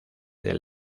del